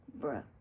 Bruh